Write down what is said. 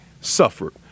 suffered